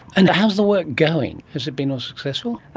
and how is the work going? has it been ah successful?